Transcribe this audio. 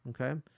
Okay